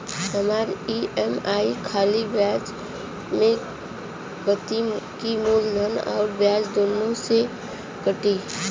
हमार ई.एम.आई खाली ब्याज में कती की मूलधन अउर ब्याज दोनों में से कटी?